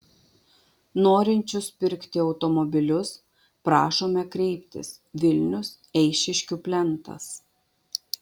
norinčius pirkti automobilius prašome kreiptis vilnius eišiškių plentas